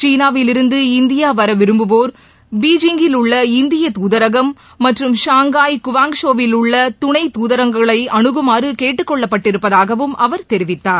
சீனாவில் இருந்து இந்தியா வர விரும்புவோர் பெய்ஜிங்கில் உள்ள இந்திய தூதரகம் மற்றும் குவாங்ஷோவில் உள்ள துணைத் துதரகங்களை ஷாங்காய் அணுகுமாறு கேட்டுக் கொள்ளப்பட்டிருப்பதாகவும் அவர் தெரிவித்தார்